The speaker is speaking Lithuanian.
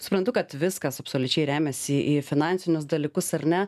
suprantu kad viskas absoliučiai remiasi į finansinius dalykus ar ne